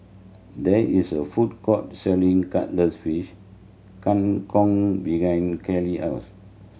there is a food court selling Cuttlefish Kang Kong behind Karel house